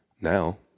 Now